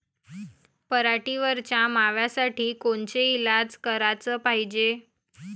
पराटीवरच्या माव्यासाठी कोनचे इलाज कराच पायजे?